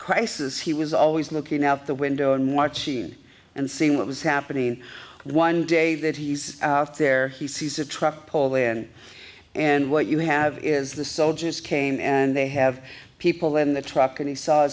crisis he was always looking out the window and watching and seeing what was happening one day that he's out there he sees a truck pull in and what you have is the soldiers came and they have people in the truck and he saw